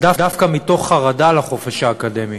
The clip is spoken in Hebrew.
דווקא מתוך חרדה לחופש האקדמי